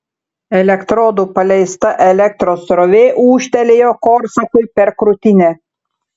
elektrodų paleista elektros srovė ūžtelėjo korsakui per krūtinę